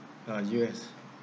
ah U_S